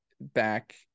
back